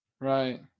Right